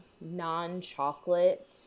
non-chocolate